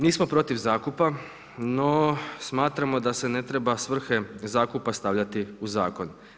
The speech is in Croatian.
Nismo protiv zakupa, no smatramo da se ne treba svrhe zakupa stavljati u zakon.